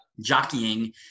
jockeying